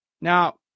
Now